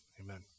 Amen